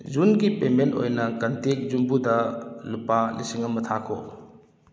ꯖꯨꯟꯒꯤ ꯄꯦꯃꯦꯟ ꯑꯣꯏꯅ ꯀꯟꯇꯦꯛ ꯌꯨꯝꯕꯨꯗ ꯂꯨꯄꯥ ꯂꯤꯁꯤꯡ ꯑꯃ ꯊꯥꯈꯣ